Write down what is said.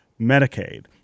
Medicaid